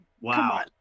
Wow